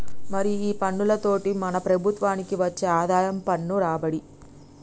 మరి ఈ పన్నులతోటి మన ప్రభుత్వనికి వచ్చే ఆదాయం పన్ను రాబడి